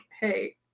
hey